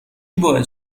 باعث